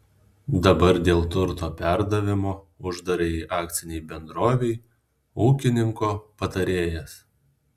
dabar dėl turto perdavimo uždarajai akcinei bendrovei ūkininko patarėjas